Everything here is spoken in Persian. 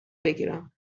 بگیرم